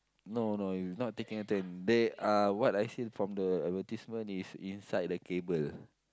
no no you not taking a turn they are what I see from the advertisement is inside the cable